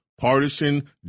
partisan